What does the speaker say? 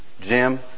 Jim